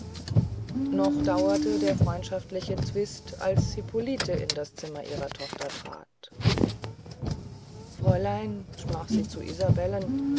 noch dauerte der freundschaftliche zwist als hippolite in das zimmer ihrer tochter trat fräulein sprach sie zu isabellen